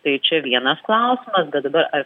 tai čia vienas klausimas bet dabar ar